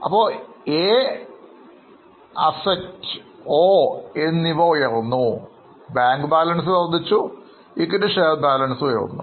അപ്പോൾ AO എന്നിവ ഉയർന്നു അതിനർത്ഥം ബാങ്ക് ബാലൻസ് വർധിച്ചു അതുപോലെതന്നെ ഇക്വിറ്റി ഷെയർ ബാലൻസും ഉയർന്നു